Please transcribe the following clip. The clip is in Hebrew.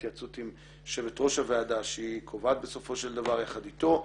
התייעצות עם יושבת ראש הוועדה שהיא קובעת בסופו של דבר יחד איתו,